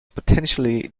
potentially